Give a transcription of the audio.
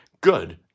Good